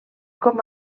com